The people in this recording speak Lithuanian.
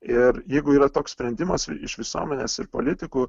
ir jeigu yra toks sprendimas iš visuomenės ir politikų